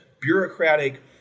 bureaucratic